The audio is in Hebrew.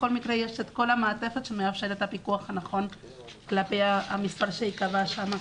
בכל מקרה יש את כל המעטפת שמאפשרת את הפיקוח הנכון למספר שייקבע שם.